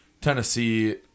Tennessee